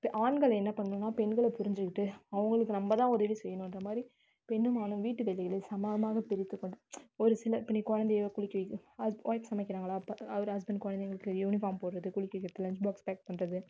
பெ ஆண்கள் என்ன பண்ணனும்னால் பெண்களை புரிஞ்சுக்கிட்டு அவங்களுக்கு நம்ப தான் உதவி செய்யணுன்ற மாதிரி பெண்ணும் ஆணும் வீட்டு வேலைகளை சமமாக பிரித்துக்கொண்டு ஒருசில இப்போ நீ குழந்தைய குளிக்க வை ஹஸ் ஒய்ஃப் சமைக்கிறாங்களா அப்போ அவர் ஹஸ்பண்ட் குழந்தைகளுக்கு யூனிபார்ம் போடுறது குளிக்க வைக்கிறது லன்ச் பாக்ஸ் பேக் பண்றது